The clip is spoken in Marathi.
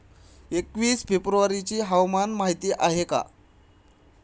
एकवीस फेब्रुवारीची हवामान माहिती आहे का?